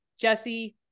Jesse